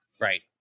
Right